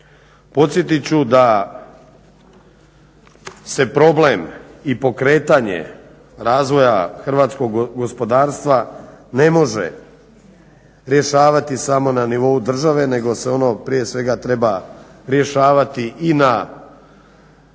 Podsjetit ću da se problem i pokretanje razvoja hrvatskog gospodarstva ne može rješavati samo na nivou države, nego se ono prije svega treba rješavati i na prostoru